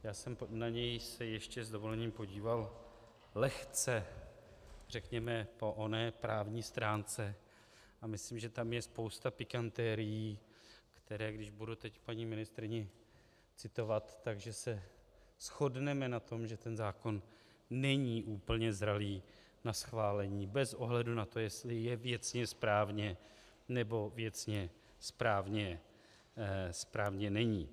Já jsem se na něj ještě s dovolením podíval lehce řekněme po oné právní stránce a myslím, že tam je spousta pikantérií, které, když budu teď paní ministryni citovat, tak že se shodneme na tom, že ten zákon není úplně zralý na schválení bez ohledu na to, jestli je věcně správně, nebo věcně správně není.